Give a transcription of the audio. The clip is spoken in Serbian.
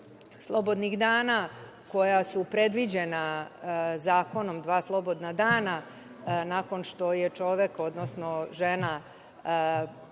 slobodnih dana koji su predviđeni zakonom, dva slobodna dana nakon što čovek, odnosno žena